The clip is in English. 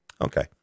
Okay